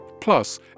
Plus